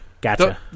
Gotcha